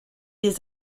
des